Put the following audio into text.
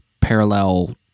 parallel